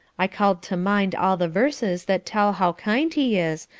i called to mind all the verses that tell how kind he is,